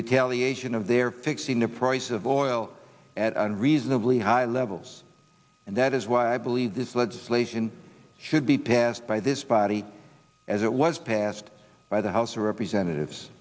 retaliation of their fixing the price of oil at unreasonably high levels and that is why i believe this legislation should be passed by this body as it was passed by the house of representatives